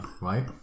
right